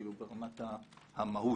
כאילו ברמת המהות.